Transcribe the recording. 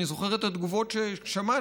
אני זוכר את התגובות ששמענו.